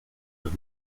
los